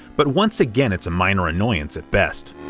but once again it's a minor annoyance, at best.